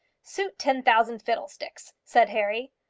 suit ten thousand fiddlesticks, said harry.